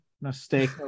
mistake